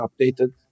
updated